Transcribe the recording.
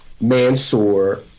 Mansoor